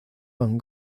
van